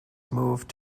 moved